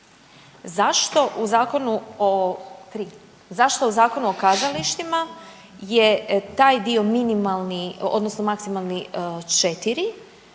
zašto u Zakonu o kazalištima je taj dio minimalni odnosno maksimalni 4?